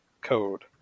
Code